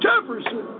Jefferson